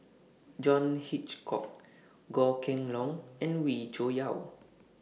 John Hitchcock Goh Kheng Long and Wee Cho Yaw